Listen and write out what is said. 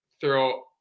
throw